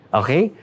okay